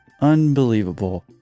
Unbelievable